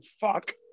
fuck